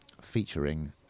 featuring